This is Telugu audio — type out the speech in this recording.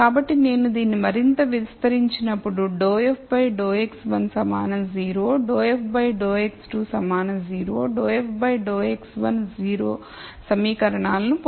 కాబట్టి నేను దీన్ని మరింత విస్తరించినప్పుడు ∂f ∂x1 సమాన 0 ∂f ∂x2 సమాన 0 ∂f x1 0 సమీకరణాలను పొందుతాను